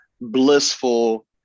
blissful